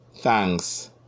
thanks